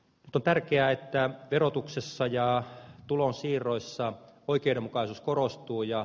on tärkeää että verotuksessa ja tulonsiirroissa oikeudenmukaisuus korostuu